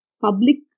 public